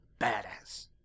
badass